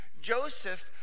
Joseph